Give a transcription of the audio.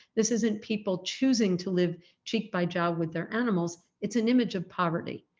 this isn't people choosing to live cheek-by-jowl with their animals, it's an image of poverty.